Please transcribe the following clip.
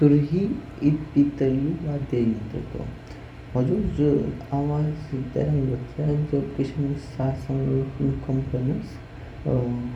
तुरही एध पितलू वाध्या यंत्र तोह। होजो आवाज तेरनग द्वच्या जब किशंग ससानु कम्पंस